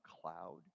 cloud